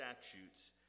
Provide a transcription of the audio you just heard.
statutes